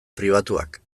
pribatuak